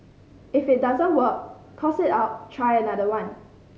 if it doesn't work toss it out try another one